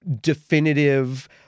definitive